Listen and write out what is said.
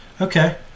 Okay